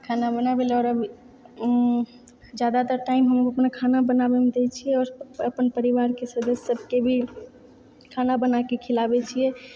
खाना बनाबै लऽ और अभी ज्यादातर टाइम हम अपना खाना बनाबैमे दै छियै आओर अपन परिवारके सदस्य सबके भी खाना बनाके खिलाबै छियै